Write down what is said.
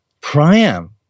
Priam